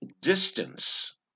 distance